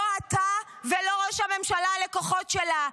לא אתה ולא ראש הממשלה לקוחות שלה.